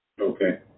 Okay